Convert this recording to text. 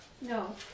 No